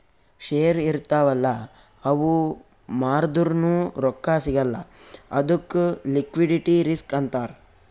share ಇರ್ತಾವ್ ಅಲ್ಲ ಅವು ಮಾರ್ದುರ್ನು ರೊಕ್ಕಾ ಸಿಗಲ್ಲ ಅದ್ದುಕ್ ಲಿಕ್ವಿಡಿಟಿ ರಿಸ್ಕ್ ಅಂತಾರ್